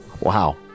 wow